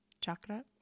chakra